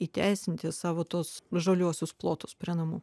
įteisinti savo tuos žaliuosius plotus prie namų